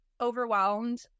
overwhelmed